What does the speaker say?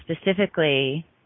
specifically